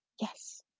yes